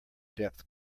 depth